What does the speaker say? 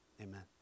amen